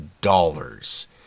dollars